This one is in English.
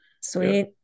Sweet